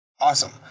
Awesome